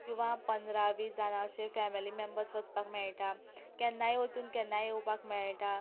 किंवां पंदरा वीस जाण अशें फेमिली मेम्बर्स वचपाक मेळटा केन्नाय वचून केन्नाय येवपाक मेळटा